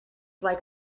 like